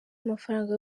amafaranga